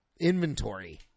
inventory